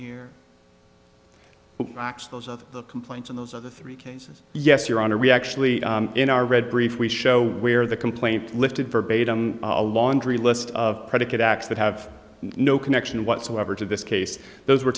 are the complaints and those are the three cases yes your honor we actually in our read brief we show where the complaint listed verbatim a laundry list of predicate acts that have no connection whatsoever to this case those were